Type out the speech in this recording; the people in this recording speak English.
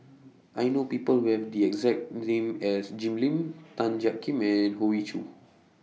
I know People Who Have The exact name as Jim Lim Tan Jiak Kim and Hoey Choo